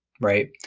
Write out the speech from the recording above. right